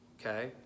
okay